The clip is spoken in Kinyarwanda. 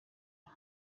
aha